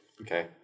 Okay